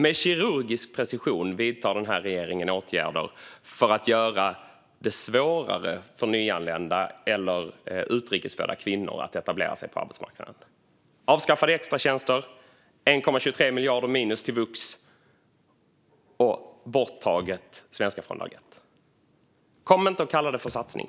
Med kirurgisk precision vidtar denna regering åtgärder för att göra det svårare för nyanlända och utrikes födda kvinnor att etablera sig på arbetsmarknaden. Det handlar om avskaffade extratjänster, 1,23 miljarder minus till vuxenutbildning och att man tar bort Svenska från dag ett. Kom inte och kalla det för en satsning!